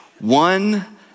One